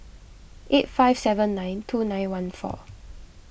eight five seven nine two nine one four